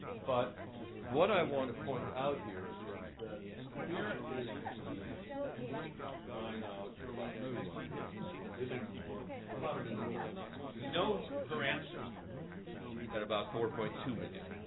but what i want to point out here is here is lucy's species, dying out at about three million years, and living for about a million years of time. we know her ancestor at about four point two million,